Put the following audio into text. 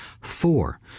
four